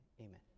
Amen